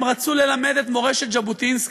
הם רצו ללמד את מורשת ז'בוטינסקי.